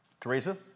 Teresa